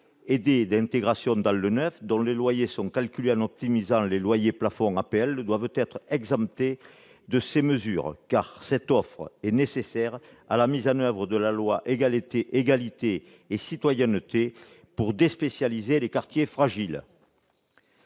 aidés d'intégration dans le neuf, dont les loyers sont calculés en optimisant les loyers plafonds APL, doit être exemptée de ces mesures, car elle est nécessaire à la mise en oeuvre de la loi du 27 janvier 2017 relative à l'égalité et à la citoyenneté pour déspécialiser les quartiers fragiles.